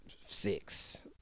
six